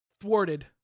Thwarted